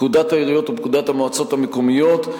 פקודת העיריות ופקודת המועצות המקומיות.